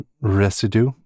residue